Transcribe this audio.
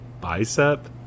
bicep